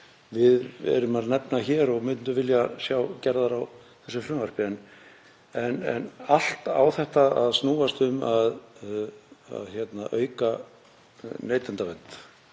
við erum að nefna hér og myndum vilja sjá gerðar á þessu frumvarpi. En allt á þetta að snúast um að auka neytendavernd.